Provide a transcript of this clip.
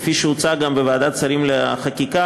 כפי שהוצג גם בוועדת שרים לחקיקה,